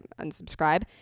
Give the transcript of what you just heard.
unsubscribe